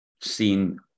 seen